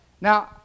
Now